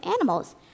animals